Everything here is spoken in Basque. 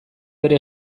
bere